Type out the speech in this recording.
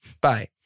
Bye